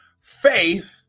faith